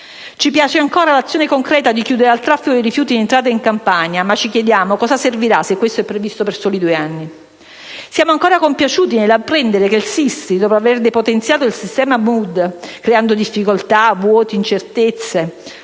Ci piace, ancora, l'azione concreta di chiudere al traffico di rifiuti in entrata in Campania, ma ci chiediamo a cosa servirà se questo è previsto per soli due anni. Siamo ancora compiaciuti nell'apprendere che il SISTRI, dopo aver depotenziato il sistema MUD, creato difficoltà, vuoti, incertezze